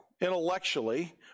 intellectually